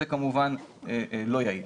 זה כמובן לא יעיל.